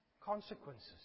consequences